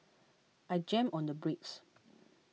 I jammed on the brakes